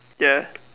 ya